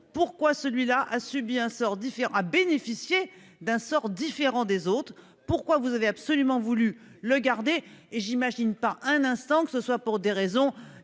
sort différent a bénéficié d'un sort différent des autres. Pourquoi vous avez absolument voulu le garder et j'imagine pas un instant que ce soit pour des raisons